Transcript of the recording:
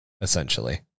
essentially